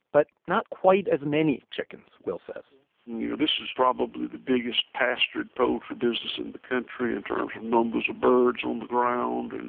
but not quite as many chickens, will says you know, this is probably the biggest pastured poultry business in the country in terms of numbers of birds on the ground. and